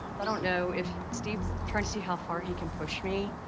i don't know if steve's trying to see how far he can push me.